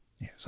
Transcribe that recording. Yes